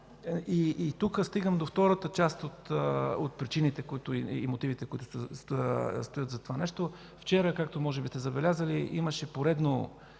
Тук стигам до втората част от причините и мотивите, които стоят зад това нещо. Вчера, както може би сте забелязали, имаше поредно